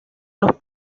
los